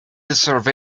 deserve